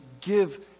give